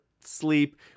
sleep